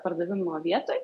pardavimo vietoj